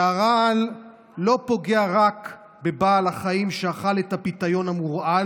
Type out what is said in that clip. שהרעל פוגע לא רק בבעל החיים שאכל את הפיתיון המורעל.